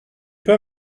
pas